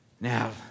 Now